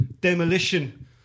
demolition